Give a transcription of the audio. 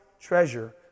treasure